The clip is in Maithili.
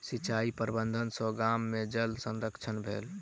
सिचाई प्रबंधन सॅ गाम में जलक संरक्षण भेल